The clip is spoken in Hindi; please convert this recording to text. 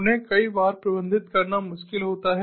उन्हें कई बार प्रबंधित करना मुश्किल होता है